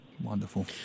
Wonderful